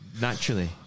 naturally